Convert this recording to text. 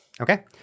Okay